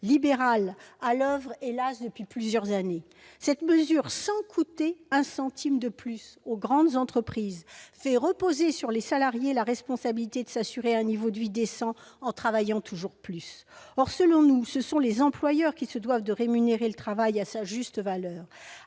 libérale à l'oeuvre depuis plusieurs décennies. Sans coûter un centime de plus aux grandes entreprises, elles font reposer sur les salariés la responsabilité de s'assurer un niveau de vie décent en travaillant toujours plus. Or, selon nous, ce sont les employeurs qui se doivent de rémunérer le travail à sa juste valeur.